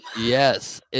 Yes